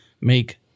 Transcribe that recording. make